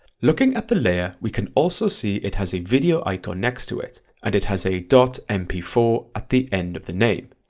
looking at the layer we can also see it has a video icon next to it and it has a point m p four at the end of the name,